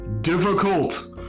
difficult